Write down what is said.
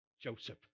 Joseph